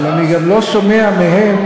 אבל אני גם לא שומע מהם,